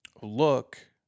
look